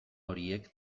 horiek